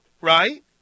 right